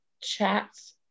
chats